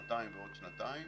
שנתיים ועוד שנתיים.